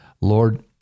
Lord